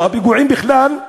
או הפיגועים בכלל,